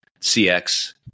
CX